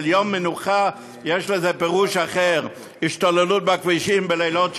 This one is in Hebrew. שליום מנוחה יש פירוש אחר: השתוללות בכבישים בלילות שבת,